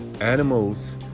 animals